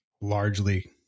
largely